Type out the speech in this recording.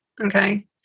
Okay